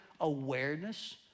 awareness